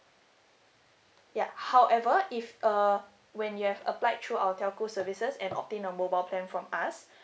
ya however if uh when you have applied through our telco services and obtain a mobile plan from us